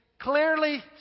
clearly